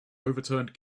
overturned